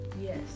Yes